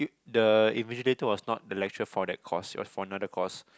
the invigilator was not the lecturer for that course it was for another course